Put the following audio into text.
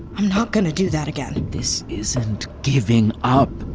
i'm not going to do that again this isn't giving up,